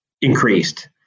increased